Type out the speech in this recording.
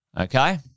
okay